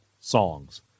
songs